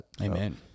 Amen